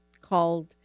called